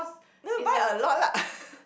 no buy a lot lah